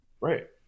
Right